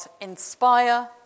inspire